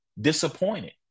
disappointed